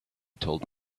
told